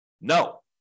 No